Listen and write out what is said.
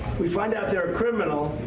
we find out they are a criminal.